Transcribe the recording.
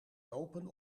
lopen